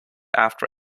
after